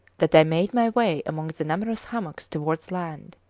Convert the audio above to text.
that i made my way among the numerous hummocks towards land.